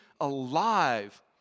alive